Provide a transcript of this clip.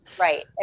Right